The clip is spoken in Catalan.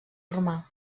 romà